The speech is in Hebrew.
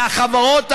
והחברות האחרות,